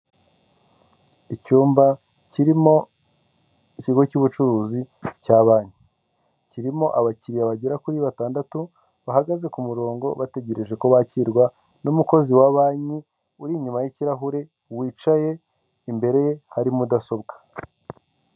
Icyumba kirimo ikigo cy'ubucuruzi cya banki kirimo abakiriya bagera kuri batandatu bahagaze ku murongo, bategereje ko bakirwa n'umukozi wa banki uri inyuma yikirahure wicaye imbere ye hari mudasobwa.